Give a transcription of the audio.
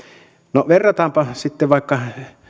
no verrataanpa sitten vaikka